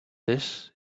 this